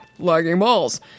laggingballs